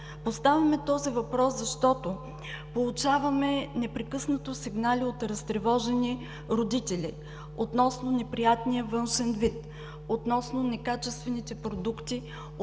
Поставяме този въпрос, защото непрекъснато получаваме сигнали от разтревожени родители относно неприятния външен вид, относно некачествените продукти,